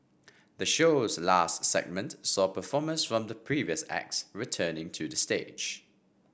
the show's last segment saw performers from the previous acts returning to the stage